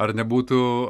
ar nebūtų